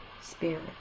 spirit